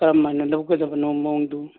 ꯀꯔꯝ ꯍꯥꯏꯅ ꯂꯧꯒꯗꯕꯅꯣ ꯃꯑꯣꯡꯗꯨ